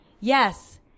yes